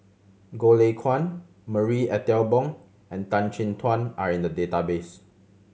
Goh Lay Kuan Marie Ethel Bong and Tan Chin Tuan are in the database